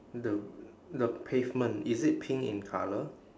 the the pavement is it pink in colour